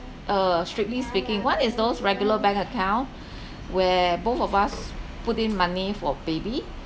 uh strictly speaking one is those regular bank account where both of us put in money for baby